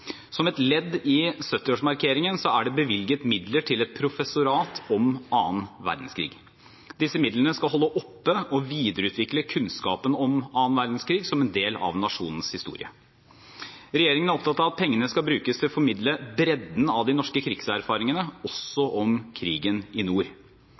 Som et ledd i 70-årsmarkeringen er det bevilget midler til et professorat om annen verdenskrig. Disse midlene skal holde oppe og videreutvikle kunnskapen om annen verdenskrig som en del av nasjonens historie. Regjeringen er opptatt av at pengene skal brukes til å formidle bredden av de norske krigserfaringene, også om krigen i nord.